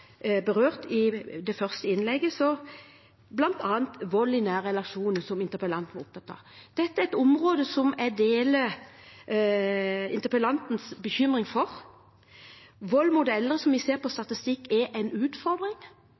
berørt så langt i dette innlegget, bl.a. vold i nære relasjoner, som interpellanten var opptatt av. Dette er et område som jeg deler interpellantens bekymring for. Som vi ser av statistikk, er vold mot eldre en utfordring,